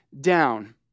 down